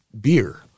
beer